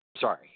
Sorry